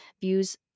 views